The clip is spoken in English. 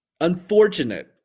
unfortunate